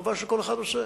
חובה שכל אחד עושה.